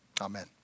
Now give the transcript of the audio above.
Amen